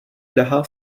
drahá